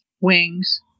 Wings